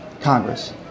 Congress